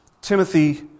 Timothy